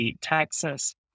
Texas